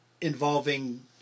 involving